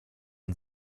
den